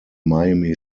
miami